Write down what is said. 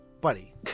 buddy